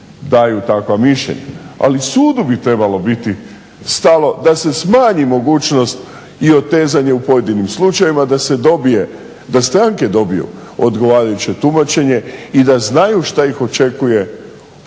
daju takva mišljenja, ali sudu bi trebalo biti stalo da se smanji mogućnost i otezanja u pojedinim slučajevima, da stranke dobiju odgovarajuće tumačenje i da znaju šta ih očekuje u